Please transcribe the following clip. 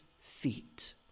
feet